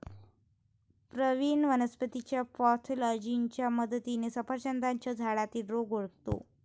प्रवीण वनस्पतीच्या पॅथॉलॉजीच्या मदतीने सफरचंदाच्या झाडातील रोग ओळखतो